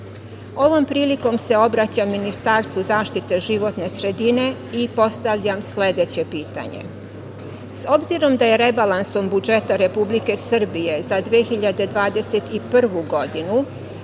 prilikom se obraćam Ministarstvu zaštite životne sredine i postavljam sledeće pitanje - obzirom da je rebalansom budžeta Republike Srbije za 2021. godinu